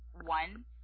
one